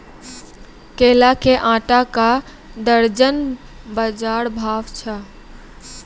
केला के आटा का दर्जन बाजार भाव छ?